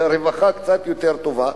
קצת יותר רווחה.